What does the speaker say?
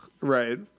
Right